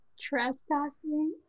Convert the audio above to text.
trespassing